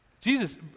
Jesus